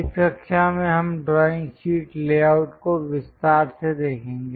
इस कक्षा में हम ड्राइंग शीट लेआउट को विस्तार से देखेंगे